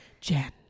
Jen